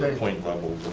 point level